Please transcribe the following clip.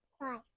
Five